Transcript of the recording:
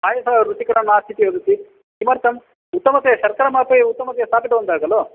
पायसं रुचिकरं नास्ति इति वदति किमर्थम् उत्तमतया शर्करामपि उत्तमतया स्थापितवन्तः खलु